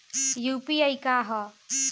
UPI का ह?